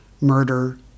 Murder